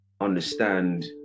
understand